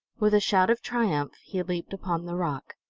with a shout of triumph he leaped upon the rock.